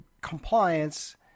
compliance